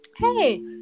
hey